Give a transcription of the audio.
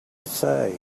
say